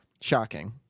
shocking